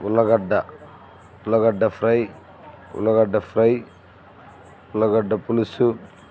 ఉల్లగడ్డ ఉల్లగడ్డ ఫ్రై ఉల్లగడ్డ ఫ్రై ఉల్లగడ్డ పులుసు